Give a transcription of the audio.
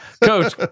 Coach